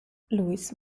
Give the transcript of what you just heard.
louis